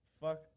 fuck